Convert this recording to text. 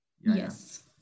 Yes